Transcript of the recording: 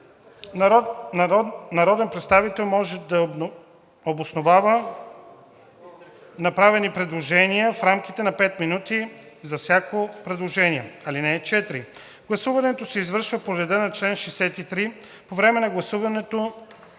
Народен представител може да обосновава направени предложения в рамките на 5 минути за всяко предложение. (4) Гласуването се извършва по реда на чл. 63. По време на гласуването